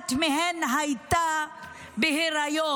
אחת מהן הייתה בהיריון.